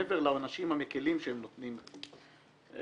מעבר לעונשים המקלים שהן נותנות למחבלים,